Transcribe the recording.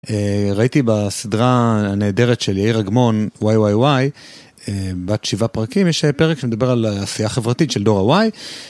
ראיתי בסדרה הנהדרת של יאיר עגמון וואי וואי וואי בת שבעה פרקים יש פרק שמדבר על השיח החברתי של דור ה-y.